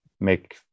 make